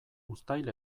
uztail